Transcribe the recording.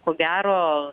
ko gero